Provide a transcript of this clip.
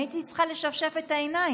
הייתי צריכה לשפשף את העיניים.